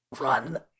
Run